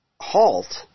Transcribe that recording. halt